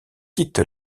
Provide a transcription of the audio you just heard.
quitte